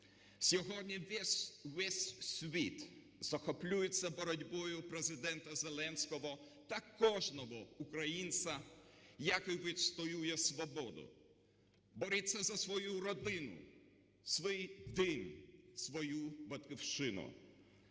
Сьогодні весь світ захоплюється боротьбою Президента Зеленського та кожного українця, який відстоює свободу, бореться на свою родину, свій дім, свою Батьківщину.